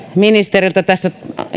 ministeriltä tässä